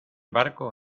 barco